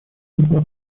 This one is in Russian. легла